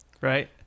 right